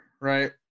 Right